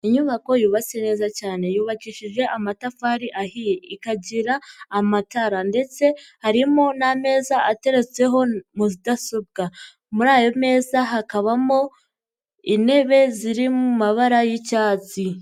Inyubako yubatse neza cyane, yubakishije amatafari ahiye, ikagira amatara ndetse harimo n'ameza ateretseho mudasobwa, muri ayo meza hakabamo intebe ziri mu mabara y'icyatsi.